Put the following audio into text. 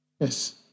Yes